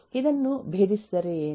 ಇದನ್ನು ಭೇದಿಸಿದರೆ ಏನು